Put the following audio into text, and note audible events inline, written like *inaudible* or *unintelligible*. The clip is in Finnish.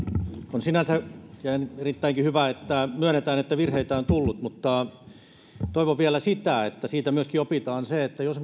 on sinänsä ja erittäinkin hyvä että myönnetään että virheitä on tullut mutta toivon vielä että siitä myöskin opitaan se että jos *unintelligible*